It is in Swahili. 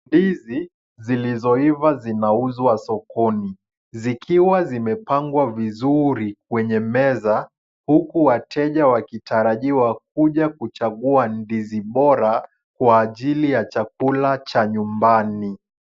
Ndizi zilizoiva zinauzwa sokoni, zikiwa zimepangwa vizuri kwenye meza, huku wateja wakitarajiwa kuja kuchagua ndizi bora kwaajili ya chakula cha nyumbani.